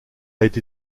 été